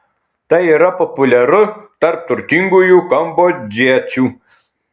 tai yra populiaru tarp turtingųjų kambodžiečiu